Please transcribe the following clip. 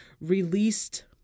released